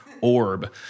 orb